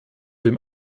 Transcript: dem